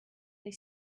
they